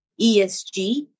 ESG